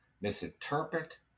misinterpret